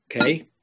Okay